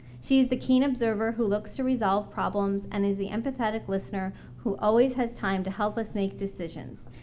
she is the keen observer who looks to resolve problems and is the empathetic listener who always has time to help us make decisions.